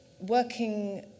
Working